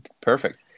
perfect